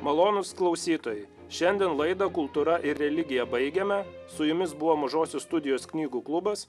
malonūs klausytojai šiandien laidą kultūra ir religija baigiame su jumis buvo mažosios studijos knygų klubas